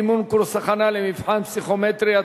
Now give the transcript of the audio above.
מימון קורס הכנה למבחן פסיכומטרי),